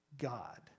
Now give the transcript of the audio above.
God